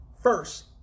First